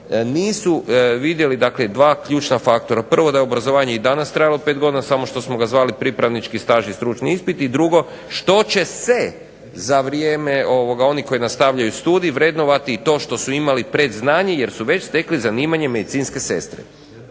nisu vidjeli dakle dva ključna faktora. Prvo da je obrazovanje i danas trajalo 5 godina, samo što smo ga zvali pripravnički staž i stručni ispit, i drugo što će se za vrijeme oni koji nastavljaju studij vrednovati i to što su imali predznanje, jer su već stekli zanimanje medicinske sestre.